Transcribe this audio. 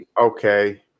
okay